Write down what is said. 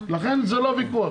לכן זה לא הויכוח.